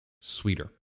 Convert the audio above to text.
sweeter